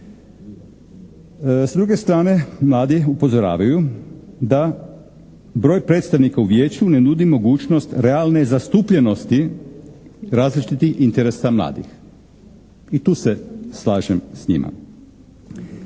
S druge strane mladi upozoravaju da broj predstavnika u Vijeću ne nudi mogućnost realne zastupljenosti različitih interesa mladih. I tu se slažem s njima.